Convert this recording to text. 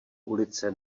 ulice